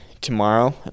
tomorrow